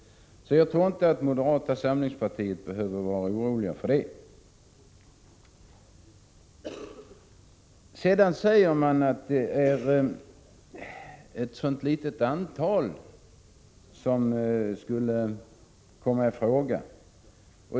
Därför tror jag inte att moderaterna behöver vara oroliga för det. Sedan säger man att det är ett så litet antal som skulle komma i fråga.